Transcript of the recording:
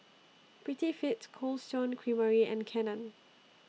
Prettyfit Cold Stone Creamery and Canon